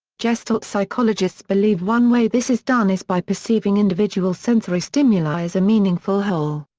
gestalt psychologists believe one way this is done is by perceiving individual sensory stimuli as a meaningful whole.